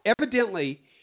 Evidently